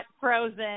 Frozen